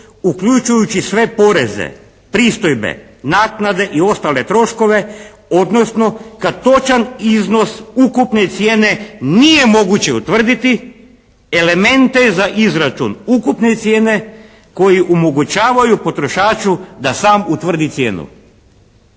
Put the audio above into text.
uključujući sve poreze, pristojbe, naknade i ostale troškove odnosno kad točan iznos ukupne cijene nije moguće utvrditi elemente za izračun ukupne cijene koju omogućavaju potrošaču da sam utvrdi cijenu.